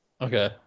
Okay